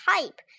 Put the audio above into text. type